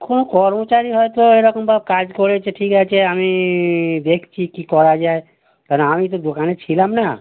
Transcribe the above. কোনো কর্মচারী হয়তো এরকম বা কাজ করেছে ঠিক আছে আমি দেখছি কী করা যায় কারণ আমি তো দোকানে ছিলাম না